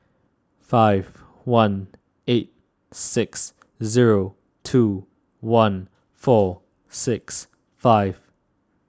five one eight six zero two one four six five